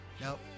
Nope